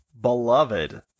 Beloved